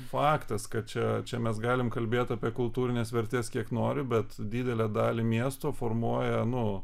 faktas kad čia čia mes galim kalbėt apie kultūrines vertes kiek nori bet didelę dalį miesto formuoja nu